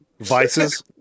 Vice's